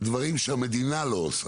דברים שהמדינה לא עושה.